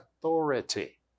authority